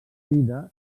vida